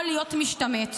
או להיות משתמט.